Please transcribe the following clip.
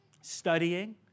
studying